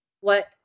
what-